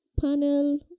panel